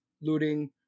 Looting